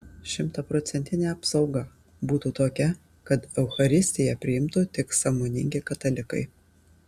šimtaprocentinė apsauga būtų tokia kad eucharistiją priimtų tik sąmoningi katalikai